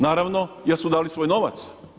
Naravno, jer su dali svoj novac.